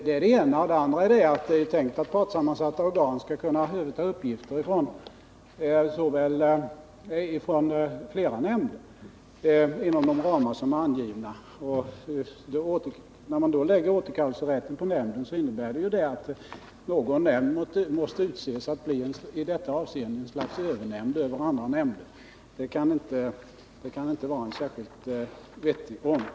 Vidare är det tänkt att partssammansatta organ inom angivna ramar skall kunna överta uppgifter från flera nämnder. När man då lägger återkellelserätten på en nämnd, innebär det att någon nämnd måste utses att bli ett slags övernämnd över andra nämnder. Det kan inte vara någon särskilt vettig ordning.